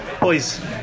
boys